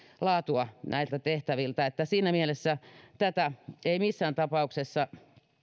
laatua näiltä tehtäviltä eli siinä mielessä tätä ei missään tapauksessa